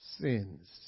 sins